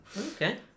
Okay